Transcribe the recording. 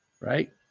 Right